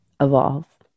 evolve